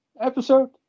episode